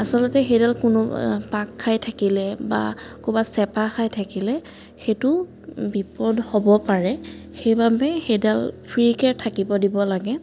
আচলতে সেইডাল কোনো পাক খাই থাকিলে বা ক'ৰবাত চেপা খাই থাকিলে সেইটো বিপদ হ'ব পাৰে সেইবাবে সেইডাল ফ্ৰীকৈ থাকিব দিব লাগে